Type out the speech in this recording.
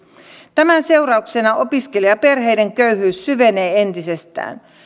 tämän seurauksena opiskelijaperheiden köyhyys syvenee entisestään